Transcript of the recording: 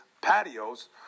patios